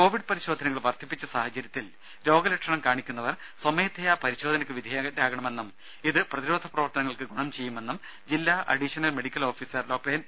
Covid പരിശോധനകൾ വർദ്ധിപ്പിച്ച സാഹചര്യത്തിൽ രോഗലക്ഷണം കാണിക്കുന്നവർ സ്വമേധയാ പരിശോധനയ്ക്ക് വിധേയമാകണമെന്നും ഇത് പ്രതിരോധ പ്രവർത്തനങ്ങൾക്ക് ഗുണം ചെയ്യുമെന്നും ജില്ലാ additional medical officer doctor N